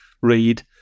read